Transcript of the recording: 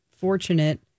fortunate